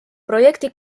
projekti